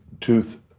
tooth